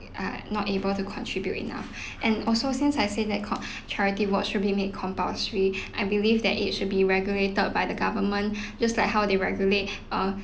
uh not able to contribute enough and also since I said that co~ charity work should be made compulsory I believe that it should be regulated by the government just like how they regulate err